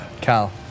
Cal